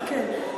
כן.